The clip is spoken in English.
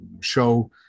show